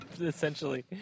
Essentially